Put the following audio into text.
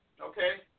Okay